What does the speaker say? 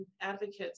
advocates